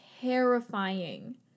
terrifying